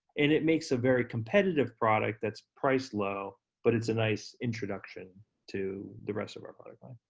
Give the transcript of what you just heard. and it makes a very competitive product that's priced low, but it's a nice introduction to the rest of our product line.